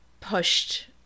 pushed